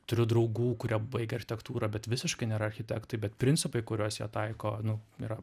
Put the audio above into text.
turiu draugų kurie baigę architektūrą bet visiškai nėra architektai bet principai kuriuos jie taiko nu yra